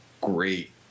great